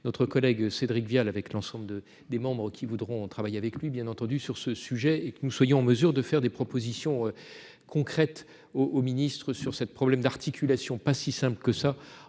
notre collègue Cédric Vial avec l'ensemble de des membres qui voudront travailler avec lui, bien entendu, sur ce sujet et que nous soyons en mesure de faire des propositions concrètes au au Ministre sur cette problèmes d'articulation, pas si simple que ça,